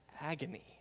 agony